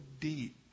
deep